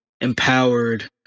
empowered